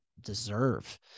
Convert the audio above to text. deserve